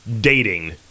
dating